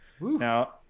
Now